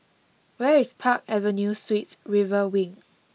where is Park Avenue Suites River Wing